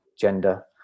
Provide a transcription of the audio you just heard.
gender